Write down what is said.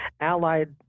allied